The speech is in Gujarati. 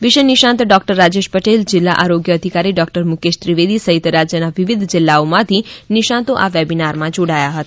વિષય નિષ્ણાત ડોકટર રાજેશ પટેલ જિલ્લા આરોગ્ય અધિકારી ડોકટર મુકેશ ત્રિવેદી સહિત રાજ્યના વિવિધ જિલ્લાઓમાંથી નિષ્ણાંતો આ વેબીનારમાં જોડાયા હતા